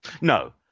No